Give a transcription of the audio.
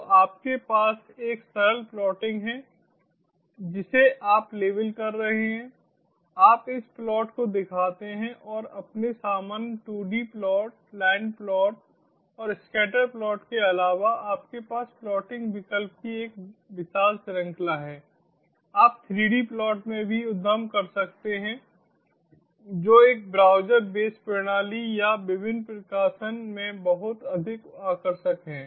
तो आपके पास एक सरल प्लॉटिंग है जिसे आप लेबल कर रहे हैं आप इस प्लॉट को दिखाते हैं और अपने सामान्य 2 डी प्लॉट लाइन प्लॉट और स्कैटर प्लॉट के अलावा आपके पास प्लॉटिंग विकल्प की एक विशाल श्रृंखला है आप 3 डी प्लॉट में भी उद्यम कर सकते हैं जो एक ब्राउज़र बेस प्रणाली या विभिन्न प्रकाशन में बहुत अधिक आकर्षक हैं